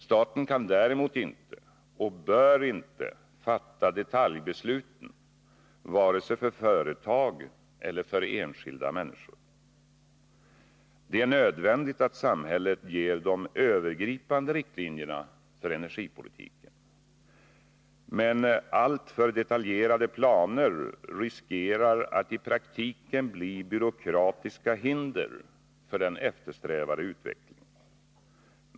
Staten kan däremot inte och bör inte fatta detaljbesluten vare sig för företag eller för enskilda människor. Det är nödvändigt att samhället ger de övergripande riktlinjerna för energipolitiken, men alltför detaljerade planer riskerar att i praktiken bli byråkratiska hinder för den eftersträvade utvecklingen.